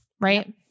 right